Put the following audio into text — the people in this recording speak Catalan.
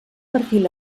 perfil